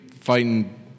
fighting